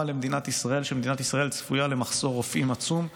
למדינת ישראל: במדינת ישראל צפוי מחסור עצום ברופאים,